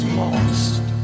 lost